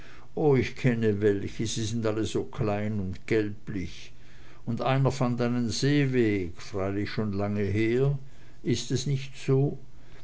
oh ich kenne welche sie sind alle so klein und gelblich und einer fand einen seeweg freilich schon lange her ist es nicht so